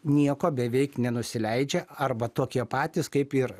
nieko beveik nenusileidžia arba tokie patys kaip ir